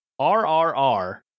RRR